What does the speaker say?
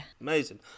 amazing